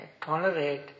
tolerate